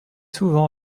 souvent